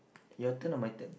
your turn or my turn